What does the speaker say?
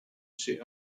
she